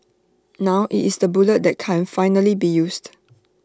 now IT is the bullet that can finally be used